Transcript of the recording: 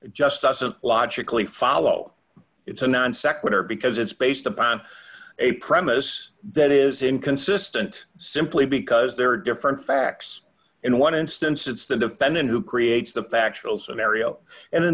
doesn't logically follow it's a non sequitur because it's based upon a premise that is inconsistent simply because there are different facts in one instance it's the defendant who creates the factual scenario and